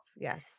Yes